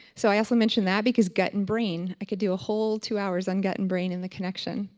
so i also mention that because gut and brain, i could do a whole two hours on gut and brain and the connection,